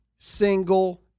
single